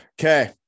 Okay